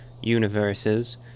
universes